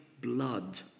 blood